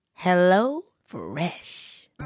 HelloFresh